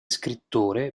scrittore